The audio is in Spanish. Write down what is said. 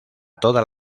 todas